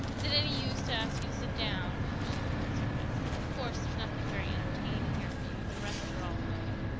is it any use to ask you to sit down? she inquired sarcastically. of course, there's nothing very entertaining here for you. the rest are all away.